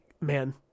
Man